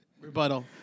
Rebuttal